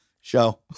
show